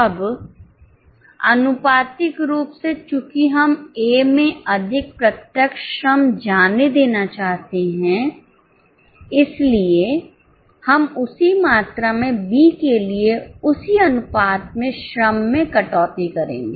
अब आनुपातिक रूप से चूंकि हम A में अधिक प्रत्यक्ष श्रम जाने देना चाहते हैं इसलिए हम उसी मात्रा में बी के लिए उसी अनुपात में श्रम में कटौती करेंगे